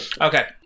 Okay